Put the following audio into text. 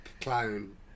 clown